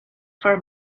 for